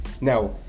now